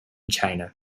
china